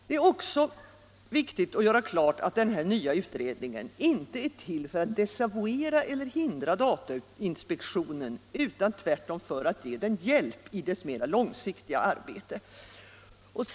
Det är också viktigt att göra klart att denna nya utredning inte är till för att desavouera eller hindra datainspektionen i dess arbete utan tvärtom för att ge den hjälp i dess mera långsiktiga arbete.